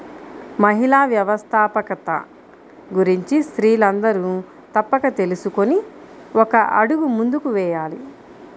మహిళా వ్యవస్థాపకత గురించి స్త్రీలందరూ తప్పక తెలుసుకొని ఒక అడుగు ముందుకు వేయాలి